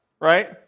Right